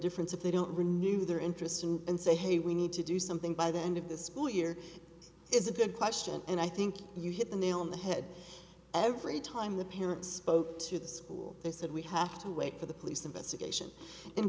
ifference if they don't renew their interest and say hey we need to do something by the end of the school year is a good question and i think you hit the nail on the head every time the parents spoke to the school they said we have to wait for the police investigation